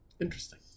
interesting